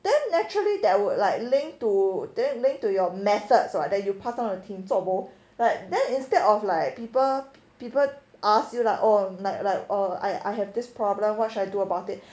then naturally that would like linked to that linked to your methods that you pass down of the team zuo bo like then instead of like people people ask you like oh like like or I i have this problem what should I do about it